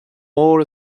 mór